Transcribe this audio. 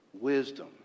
wisdom